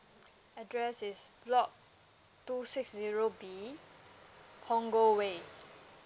address is block two six zero B punggol way